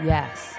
Yes